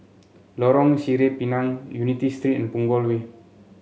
Lorong Sireh Pinang Unity Street and Punggol Way